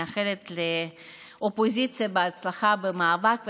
אני מאחלת לאופוזיציה בהצלחה במאבק,